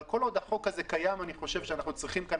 אבל כל עוד החוק הזה קיים אנחנו צריכים כאן